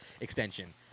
extension